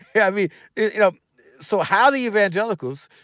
yeah mean, you know so how the evangelicals,